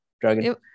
Dragon